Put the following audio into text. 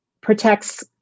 protects